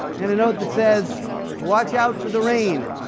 and a note that says watch out for the rain.